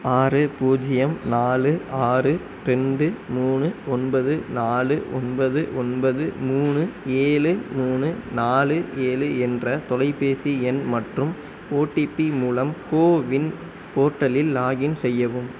ஆறு பூஜ்ஜியம் நாலு ஆறு ரெண்டு மூணு ஒன்பது நாலு ஒன்பது ஒன்பது மூணு ஏழு மூணு நாலு ஏழு என்ற தொலைபேசி எண் மற்றும் ஓடிபி மூலம் கோவின் போர்ட்டலில் லாக்இன் செய்யவும்